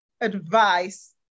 advice